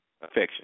Affection